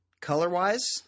color-wise